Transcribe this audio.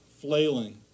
flailing